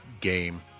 game